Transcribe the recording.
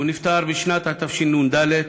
הוא נפטר בשנת התשנ"ד,